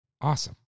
awesome